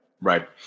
Right